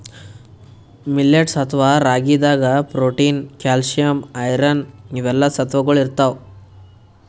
millets ಅಥವಾ ರಾಗಿದಾಗ್ protein, calcium, iron ಇವೆಲ್ಲಾ ಸತ್ವಗೊಳ್ ಇರ್ತವ್